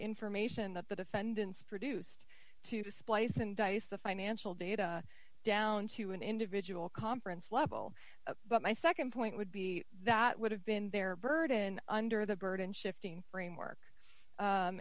information that the defendants produced to splice and dice the financial data down to an individual conference level but my nd point would be that would have been their burden under the burden shifting framework